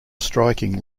striking